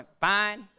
Fine